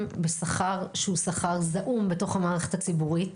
בשכר שהוא שכר זעום בתוך המערכת הציבורית?